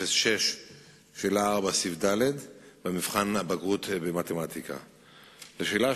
4. בבדיקת המדגם